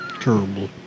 Terrible